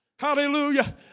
Hallelujah